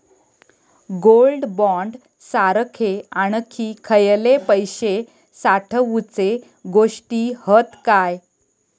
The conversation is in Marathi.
गोल्ड बॉण्ड सारखे आणखी खयले पैशे साठवूचे गोष्टी हत काय?